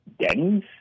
Denny's